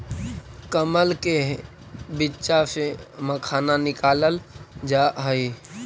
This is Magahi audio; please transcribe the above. कमल के बीच्चा से मखाना निकालल जा हई